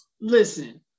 Listen